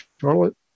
Charlotte